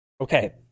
okay